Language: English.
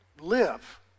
live